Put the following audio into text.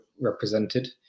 represented